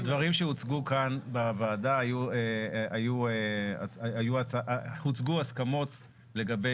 הדברים שהוצגו כאן בוועדה -- הוצגו הסכמות לגבי